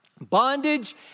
bondage